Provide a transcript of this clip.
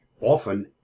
often